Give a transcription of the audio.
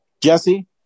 Jesse